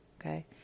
okay